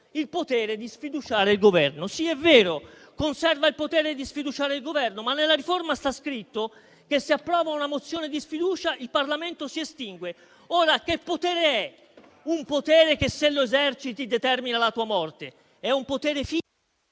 il potere di sfiduciare il Governo. Sì, è vero, conserva il potere di sfiduciare il Governo, ma nella riforma sta scritto che, se approva una mozione di sfiducia, il Parlamento si estingue. Ora, che potere è un potere che, se lo eserciti, determina la tua morte? È un potere...